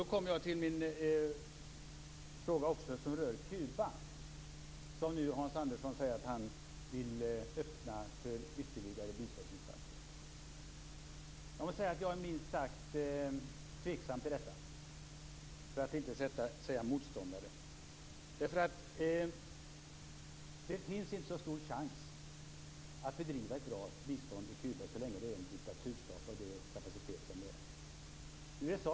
Då kommer jag till min fråga, som rör Kuba. Hans Andersson säger att han vill öppna för ytterligare biståndsinsatser där. Jag måste säga att jag är minst sagt tveksam till detta, för att inte säga motståndare. Det finns inte så stor chans att bedriva ett bra bistånd i Kuba så länge det är en diktaturstat av den kapacitet som det nu är.